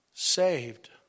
Saved